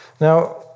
Now